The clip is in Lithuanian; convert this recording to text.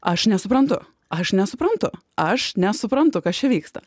aš nesuprantu aš nesuprantu aš nesuprantu kas čia vyksta